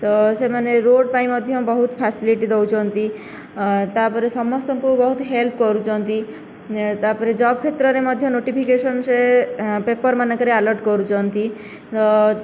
ତ ସେମାନେ ରୋଡ଼ ପାଇଁ ମଧ୍ୟ ବହୁତ ଫ୍ୟାସିଲିଟି ଦେଉଛନ୍ତି ତାପରେ ସମସ୍ତଙ୍କୁ ବହୁତ ହେଲ୍ପ କରୁଛନ୍ତି ତାପରେ ଜବ କ୍ଷେତ୍ରରେ ମଧ୍ୟ ନୋଟିଫିକେସନ ସେ ପେପର ମାନଙ୍କରେ ଆଲର୍ଟ କରୁଛନ୍ତି